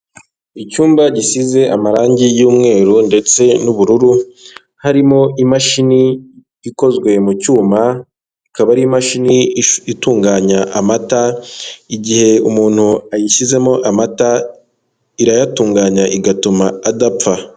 Icyumba gisize amarangi y'umweru ndetse n'ubururu, harimo imashini ikozwe mu cyuma, ikaba ari imashini itunganya amata, igihe umuntu ayishyizemo amata irayatunganya igatuma adapfa.